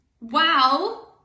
Wow